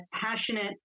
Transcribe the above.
passionate